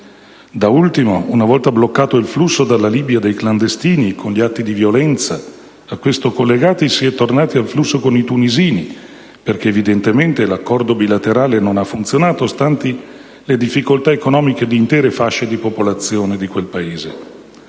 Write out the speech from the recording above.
Da ultimo, una volta bloccato il flusso dei clandestini dalla Libia, con gli atti di violenza a questo collegati, si è tornati al flusso con i tunisini, perché evidentemente l'accordo bilaterale non ha funzionato, stanti le difficoltà economiche di intere fasce di popolazione di quel Paese.